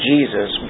Jesus